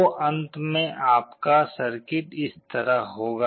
तो अंत में आपका सर्किट इस तरह होगा